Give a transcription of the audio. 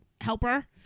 helper